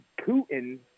Putin